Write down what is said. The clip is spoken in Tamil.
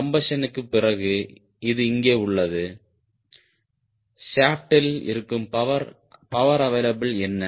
கம்பஷனுக்கு பிறகு இது இங்கே உள்ளது ஷாப்டில் இருக்கும் பவர் அவைலபிள் என்ன